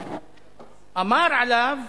אמר עליו